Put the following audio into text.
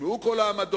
יושמעו כל העמדות,